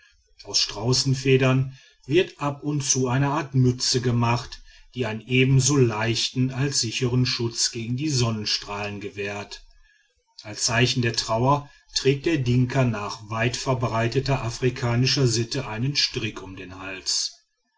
aus straußenfedern wird ab und zu eine art mütze gemacht die einen ebenso leichten als sichern schutz gegen die sonnenstrahlen gewährt als zeichen der trauer trägt der dinka nach weitverbreiteter afrikanischer sitte einen strick um den hals